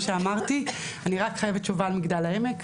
אני חייבת תשובה על מגדל העמק,